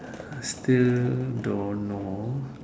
still don't know